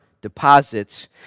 deposits